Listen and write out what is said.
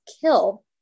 kill